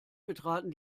betraten